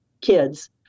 kids